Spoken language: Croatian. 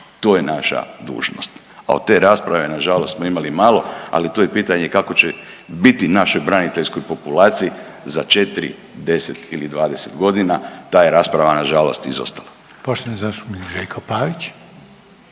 To je naša dužnost, a od te rasprave na žalost smo imali malo ali to je pitanje kako će biti našoj braniteljskoj populaciji za 4, 10 ili 20 godina. Ta je rasprava na žalost izostala.